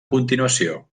continuació